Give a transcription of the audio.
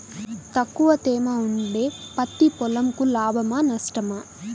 తక్కువ తేమ ఉంటే పత్తి పొలంకు లాభమా? నష్టమా?